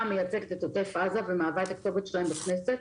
מייצגת את עוטף עזה ומהווה את הכתובת שלהם בכנסת,